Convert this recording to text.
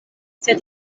sed